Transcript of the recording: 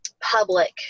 Public